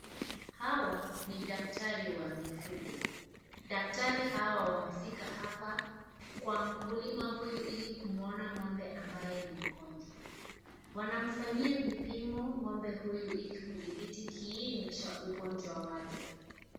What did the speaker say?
Hawa ni daktari wa mifugo, daktari hawa wamefika hapa kwa mkulima huyu ili kumwona ngombe ambaye ni mgonjwa. Wanamfanyia kipimo ngombe huyu ili kudhibiti kiini cha ugonjwa wake.